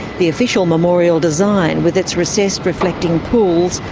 the official memorial design, with its recessed reflecting pools,